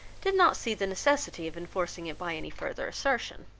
did not see the necessity of enforcing it by any farther assertion